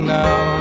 now